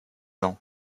ans